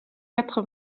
quatre